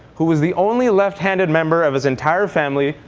who was the only left-handed member of his entire family,